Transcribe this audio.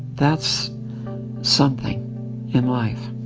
that's something in life,